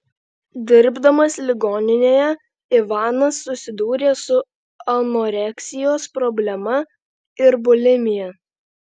dirbdamas ligoninėje ivanas susidūrė su anoreksijos problema ir bulimija